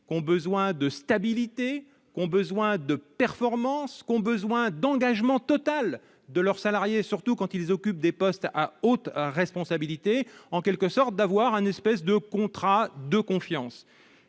qui ont besoin de stabilité, qui ont besoin de performances, qui ont besoin d'un engagement total de leurs salariés, surtout quand ils occupent des postes à haute responsabilité. En quelque sorte, elles ont besoin de passer un contrat de confiance